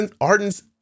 Arden's